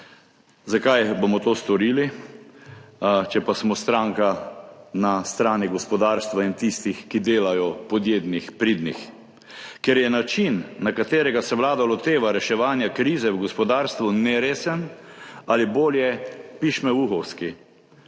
Zakaj bomo to storili, če pa smo stranka na strani gospodarstva in tistih, ki delajo, podjetnih, pridnih? Ker je način, na katerega se Vlada loteva reševanja krize v gospodarstvu, neresen ali bolje pišmeuhovski.